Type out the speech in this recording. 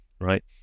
right